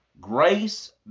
grace